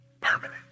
permanent